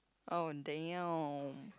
oh damn